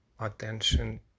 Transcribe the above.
attention